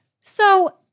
So-